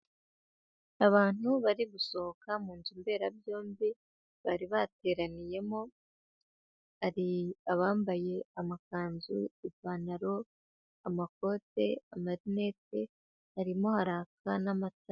abantu bari gusohoka mu nzu mberabyombi bari bateraniyemo, hari abambaye amakanzu, ipantaro, amakote, amarinete arimo araka n'amatara.